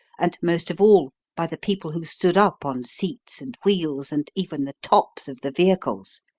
and most of all by the people who stood up on seats and wheels and even the tops of the vehicles.